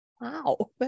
Wow